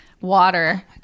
water